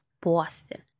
Boston